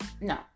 no